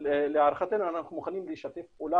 אבל להערכתנו אנחנו מוכנים לשתף פעולה